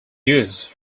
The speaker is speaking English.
used